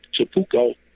Chapuco